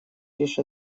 лишь